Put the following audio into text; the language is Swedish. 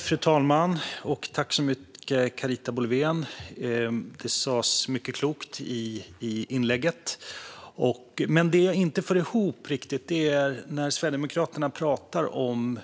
Fru talman! Tack så mycket, Carita Boulwén! Det sades mycket klokt i inlägget. Det jag inte riktigt får ihop är dock när Sverigedemokraterna talar om